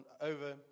over